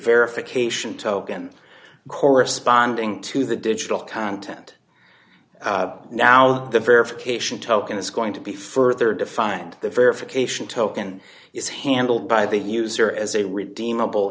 verification token corresponding to the digital content now the verification token is going to be further defined the verification token is handled by the user as a redeem